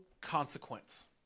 consequence